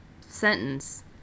sentence